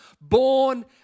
born